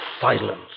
silence